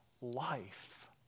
life